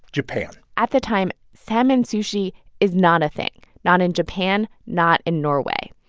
japan at the time, salmon sushi is not a thing not in japan, not in norway.